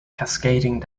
cascading